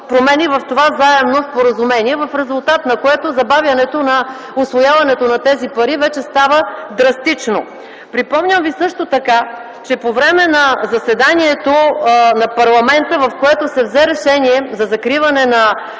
промени в това Заемно споразумение, в резултат на което забавянето на усвояването на тези пари вече става драстично. Припомням ви също така, че по време на заседанието на парламента, в което се взе решение за закриване на